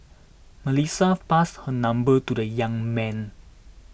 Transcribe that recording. Melissa passed her number to the young man